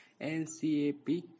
NCAP